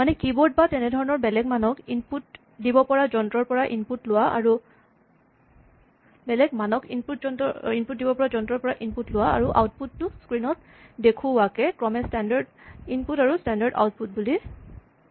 মানে কীবৰ্ড বা তেনে ধৰণৰ বেলেগ মানক ইনপুট দিব পৰা যন্ত্ৰৰ পৰা ইনপুট লোৱা আৰু আউটপুট টো ক্সীন ত দেখুওৱাকে ক্ৰমে স্টেনডাৰ্ট ইনপুট আৰু স্টেনডাৰ্ট আউটপুট বুলি কয়